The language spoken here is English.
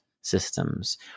systems